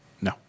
No